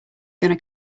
gonna